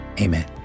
Amen